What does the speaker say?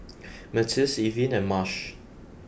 Myrtis Irvine and Marsh